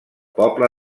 poble